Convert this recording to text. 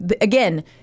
Again